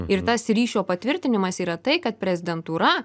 ir tas ryšio patvirtinimas yra tai kad prezidentūra